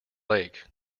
lake